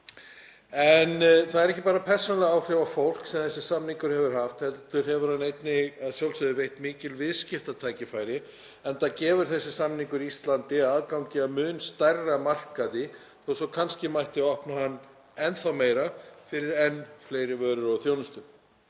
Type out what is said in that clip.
En það eru ekki bara persónuleg áhrif á fólk sem þessi samningur hefur haft heldur hefur hann einnig að sjálfsögðu veitt mikil viðskiptatækifæri enda gefur þessi samningur Íslandi aðgang að mun stærri markaði, þó svo að kannski mætti opna hann enn þá meira fyrir enn fleiri vörur og þjónustu.